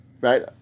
Right